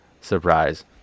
surprise